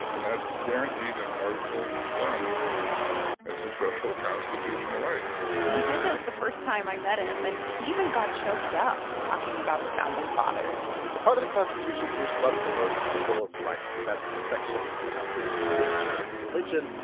and that's guaranteed in article one as a federal constitutional right he did this the first time i met him, and he even got choked up talking about the founding fathers the part of the constitution bruce loves the most is the bill of rights. that's the section about freedom of speech, freedom of religion,